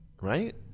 Right